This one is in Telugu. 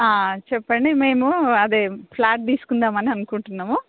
చెప్పండి మేము అదే ఫ్లాట్ తీసుకుందామని అనుకుంటున్నాము